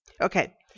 Okay